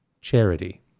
charity